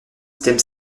système